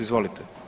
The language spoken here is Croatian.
Izvolite.